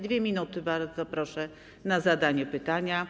2 minuty, bardzo proszę, na zadanie pytania.